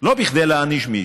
לא כדי להעניש מישהו,